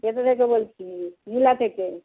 এতে থেকে বলছি লীলা থেকে